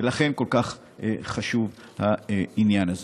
ולכן העניין הזה